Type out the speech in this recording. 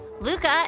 Luca